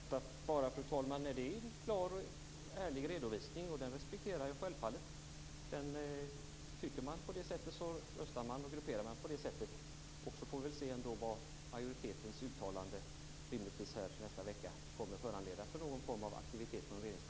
Fru talman! Det är en klar och ärlig redovisning, och den respekterar jag självfallet. Tycker man på det sättet så röstar man på det sättet. Sedan får vi se vilken aktivitet från Regeringskansliet som majoritetens uttalande kommer att föranleda.